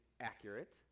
accurate